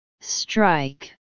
Strike